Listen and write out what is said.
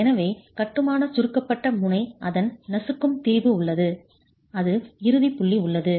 எனவே கட்டுமான சுருக்கப்பட்ட முனை அதன் நசுக்கும் திரிபு உள்ளது அது இறுதி புள்ளி உள்ளது